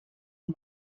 her